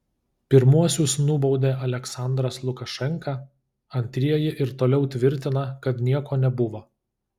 pirmuosius nubaudė aliaksandras lukašenka antrieji ir toliau tvirtina kad nieko nebuvo